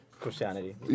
christianity